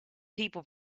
people